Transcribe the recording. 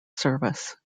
service